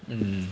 mm